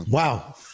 Wow